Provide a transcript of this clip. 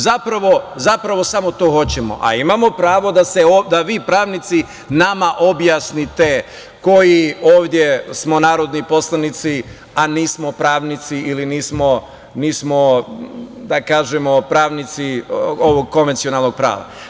Zapravo, samo to hoćemo, a imamo pravo da vi pravnici nama objasnite, koji ovde smo narodni poslanici, a nismo pravnici ili nismo da kažemo, pravnici ovog konvencionalnog prava.